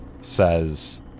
says